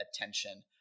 attention